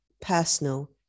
personal